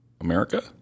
America